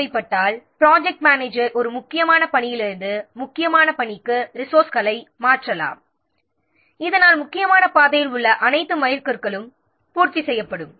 தேவைப்பட்டால் project manager ஒரு முக்கியமற்ற பணியிலிருந்து ரிசோர்ஸ்களை முக்கியமான பணிக்கு மாற்றலாம் இதனால் முக்கியமான பாதையில் உள்ள அனைத்து மைல்கற்களும் பூர்த்தி செய்யப்படும்